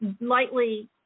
lightly